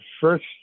first